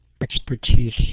expertise